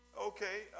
okay